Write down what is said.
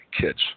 kids